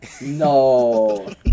No